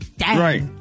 Right